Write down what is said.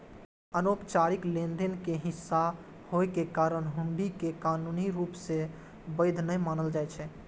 अनौपचारिक लेनदेन के हिस्सा होइ के कारण हुंडी कें कानूनी रूप सं वैध नै मानल जाइ छै